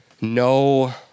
no